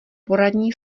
poradní